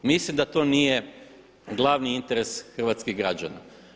Mislim da to nije glavni interes hrvatskih građana.